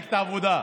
העבודה.